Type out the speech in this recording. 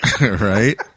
Right